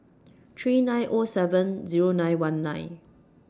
three nine O seven Zero nine one nine